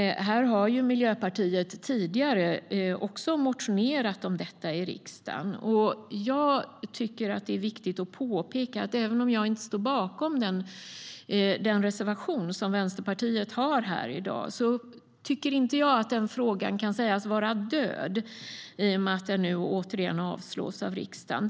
Miljöpartiet har tidigare motionerat om detta i riksdagen. Jag tycker att det är viktigt att påpeka en sak. Jag står inte bakom den reservation som Vänsterpartiet har här i dag, men jag tycker inte att frågan kan sägas vara död även om den nu återigen avslås av riksdagen.